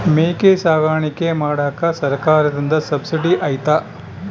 ಮೇಕೆ ಸಾಕಾಣಿಕೆ ಮಾಡಾಕ ಸರ್ಕಾರದಿಂದ ಸಬ್ಸಿಡಿ ಐತಾ?